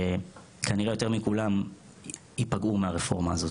שכנראה יותר מכולם ייפגעו מהרפורמה הזאת.